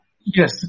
Yes